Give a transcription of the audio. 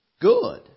good